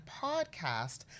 podcast